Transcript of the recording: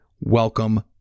welcome